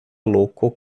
loko